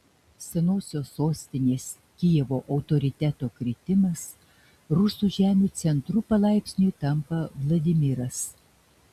senosios sostinės kijevo autoriteto kritimas rusų žemių centru palaipsniui tampa vladimiras